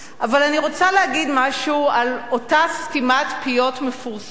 אני רוצה להגיד משהו על אותה סתימת פיות מפורסמת,